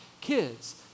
kids